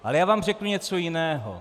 Ale já vám řeknu něco jiného.